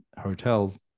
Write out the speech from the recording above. hotels